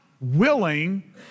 willing